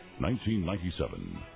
1997